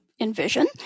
Envision